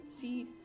See